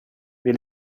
wir